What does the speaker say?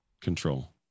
Control